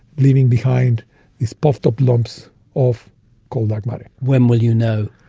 leaving behind these puffed up lumps of cold dark matter. when will you know?